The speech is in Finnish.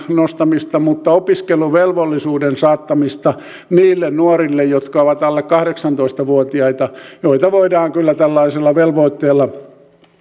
nostamista mutta opiskeluvelvollisuuden saattamista niille nuorille jotka ovat alle kahdeksantoista vuotiaita joiden opiskelua voidaan kyllä tällaisella velvoitteella